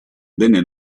venne